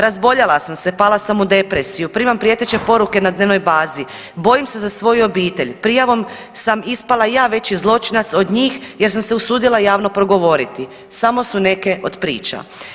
Razboljela sam se, pala sam u depresiju, primam prijeteće poruke na dnevnoj bazi, bojim se za svoju obitelj, prijavom sam ispala ja veći zločinac od njih jer sam se usudila javno progovoriti, samo su neke od priča.